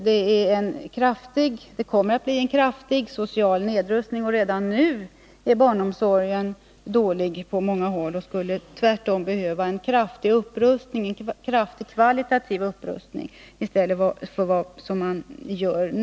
Det kommer att bli en kraftig social nedrustning, men redan nu är barnomsorgen på många håll så dålig att det tvärtom skulle behövas en kraftig kvalitativ upprustning av den.